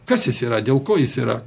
kas jis yra dėl ko jis yra